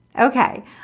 Okay